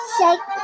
Shake